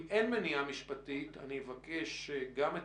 אם אין מניעה משפטית אני אבקש גם את